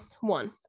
one